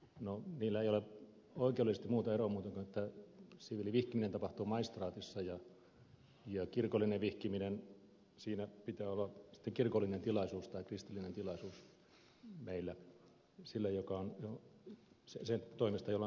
no niillä ei ole oikeudellisesti muuta eroa kuin että siviilivihkiminen tapahtuu maistraatissa ja kirkollisessa vihkimisessä pitää olla kirkollinen tilaisuus tai kristillinen tilaisuus sen toimesta jolla on vihkimisoikeus